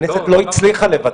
הכנסת לא הצליחה לבטל.